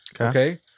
okay